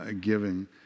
giving